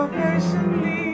patiently